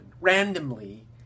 randomly